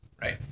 Right